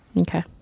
Okay